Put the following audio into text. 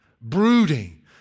brooding